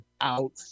out